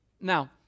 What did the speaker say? Now